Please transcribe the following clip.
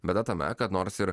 bėda tame kad nors ir